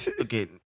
Okay